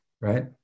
right